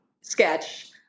sketch